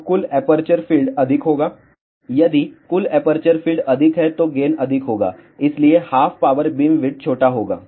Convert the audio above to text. तो कुल aperture field अधिक होगा और यदि कुल एपर्चर फील्ड अधिक है तो गेन अधिक होगा और इसलिए हाफ पावर बीमविड्थ छोटा होगा